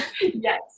Yes